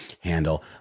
handle